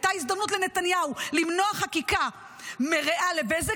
הייתה לנתניהו הזדמנות למנוע חקיקה מריעה לבזק,